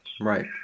Right